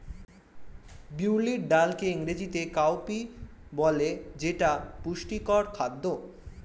বিউলির ডালকে ইংরেজিতে কাউপি বলে যেটা পুষ্টিকর খাদ্য